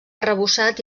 arrebossat